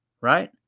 right